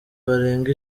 barenga